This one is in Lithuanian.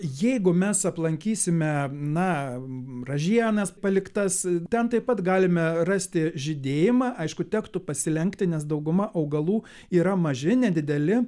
jeigu mes aplankysime na ražienas paliktas ten taip pat galime rasti žydėjimą aišku tektų pasilenkti nes dauguma augalų yra maži nedideli